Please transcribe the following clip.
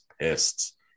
pissed